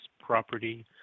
property